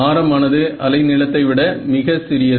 ஆரம் ஆனது அலை நீளத்தை விட மிக சிறியது